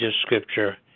Scripture